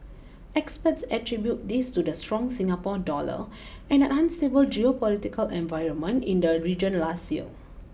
experts attribute this to the strong Singapore dollar and an unstable geopolitical environment in the region last year